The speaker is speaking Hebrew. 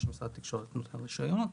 מה שמשרד התקשורת נותן רישיונות,